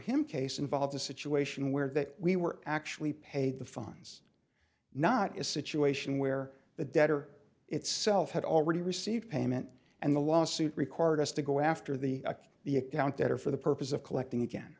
him case involves a situation where that we were actually paid the fines not as situation where the debtor itself had already received payment and the lawsuit required us to go after the attack the account that or for the purpose of collecting again